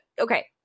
Okay